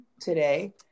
today